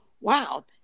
wow